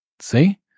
see